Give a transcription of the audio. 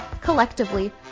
Collectively